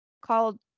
called